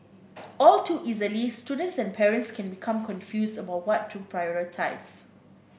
all too easily students and parents can become confused about what to prioritise